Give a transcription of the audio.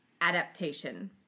adaptation